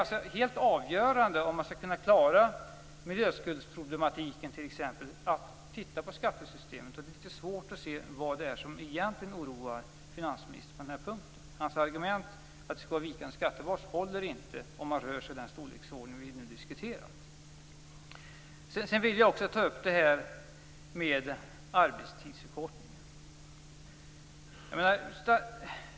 Det är helt avgörande om man skall kunna klara miljöskuldsproblematiken, t.ex., att titta på skattesystemet. Det är litet svårt att se vad det är som egentligen oroar finansministern på denna punkt. Hans argument om vikande skattebas håller inte om man rör sig i den storleksordning vi nu diskuterar. Jag vill också ta upp frågan om arbetstidsförkortning.